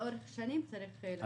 שלאורך שנים צריך לדון עליו.